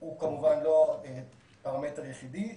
הוא כמובן לא פרמטר יחידי,